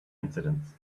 incidents